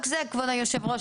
כבוד היושב-ראש,